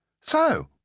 So